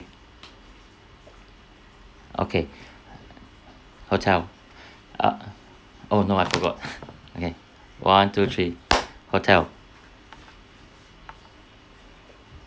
okay hotel ah oh no I forgot okay one two three hotel